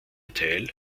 teil